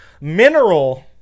mineral